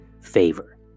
favor